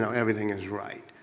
so everything is right.